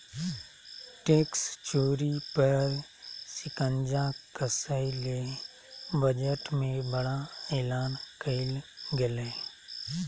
tax चोरी पर शिकंजा कसय ले बजट में बड़ा एलान कइल गेलय